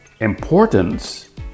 importance